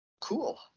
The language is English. Cool